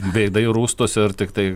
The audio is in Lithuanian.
veidai rūstūs ir tiktai